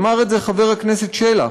אמר את זה חבר הכנסת שלח.